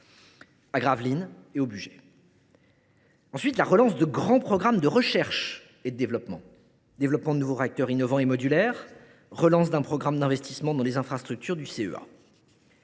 Gravelines et au Bugey. Il y a encore la relance de grands programmes de recherche et développement : développement de nouveaux réacteurs innovants et modulaires et réactivation d’un programme d’investissements dans les infrastructures du